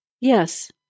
Yes